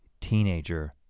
teenager